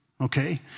okay